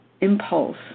impulse